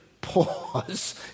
pause